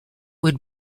would